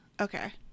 okay